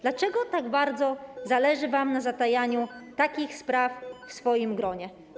Dlaczego tak bardzo zależy wam na zatajaniu takich spraw w swoim gronie?